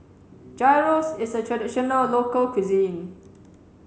Gyros is a traditional local cuisine